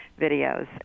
videos